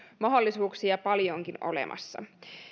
mahdollisuuksia paljonkin olemassa